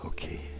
Okay